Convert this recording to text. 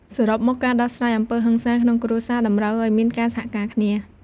សរុបមក ការដោះស្រាយអំពើហិង្សាក្នុងគ្រួសារតម្រូវឲ្យមានការសហការគ្នា។